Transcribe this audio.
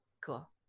Cool